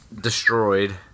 destroyed